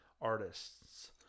artists